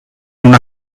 una